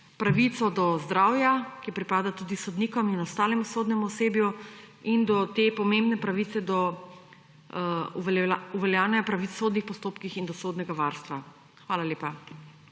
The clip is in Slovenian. pravico do zdravja, ki pripada tudi sodnikom in ostalemu sodnemu osebju, in do te pomembne pravice do uveljavljanja pravic v sodnih postopkih in do sodnega varstva. Hvala lepa.